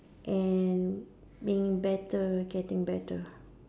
and being better getting better